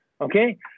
Okay